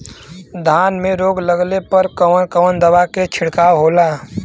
धान में रोग लगले पर कवन कवन दवा के छिड़काव होला?